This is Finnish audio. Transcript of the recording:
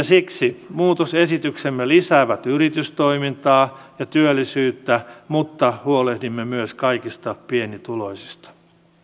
siksi muutosesityksemme lisäävät yritystoimintaa ja työllisyyttä mutta huolehdimme myös kaikista pienituloisista